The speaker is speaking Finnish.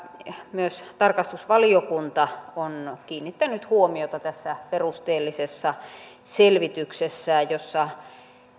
myös tarkastusvaliokunta on kiinnittänyt huomioita tässä perusteellisessa selvityksessä jossa